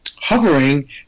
hovering